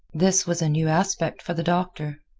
this was a new aspect for the doctor.